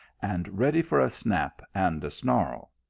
and ready for a snap and a snarl.